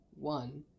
one